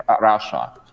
Russia